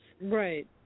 Right